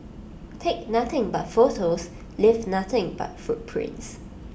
take nothing but photos leave nothing but footprints